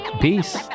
Peace